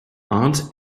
aunt